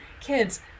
kids